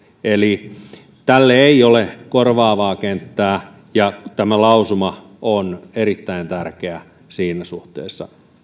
tälle ei ole korvaavaa kenttää ja tämä lausuma on erittäin tärkeä siinä suhteessa